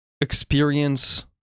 experience